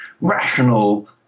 rational